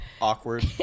awkward